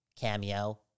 cameo